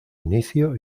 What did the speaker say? inicio